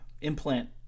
implant